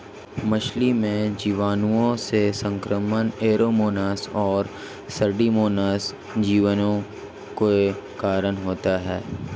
मछली में जीवाणुओं से संक्रमण ऐरोमोनास और सुडोमोनास जीवाणु के कारण होते हैं